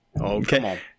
Okay